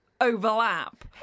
overlap